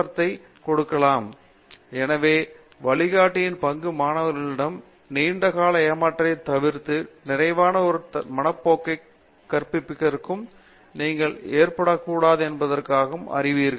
பேராசிரியர் பாபு விஸ்வநாத் எனவே வழிகாட்டியின் பங்கு மாணவர்களிடம் நீண்டகால ஏமாற்றத்தைத் தவிர்த்து நிறைவான ஒரு மனப்போக்கை கற்பிப்பதாகும் நீங்கள் ஏமாற்றப்படக்கூடாது என்பதை அறிவீர்கள்